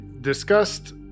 discussed